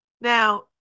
Now